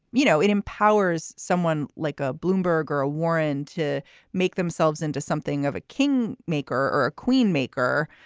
you know, it empowers someone like a bloomberg or a warren to make themselves into something of a king maker or a queen maker.